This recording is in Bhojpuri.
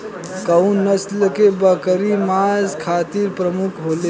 कउन नस्ल के बकरी मांस खातिर प्रमुख होले?